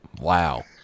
Wow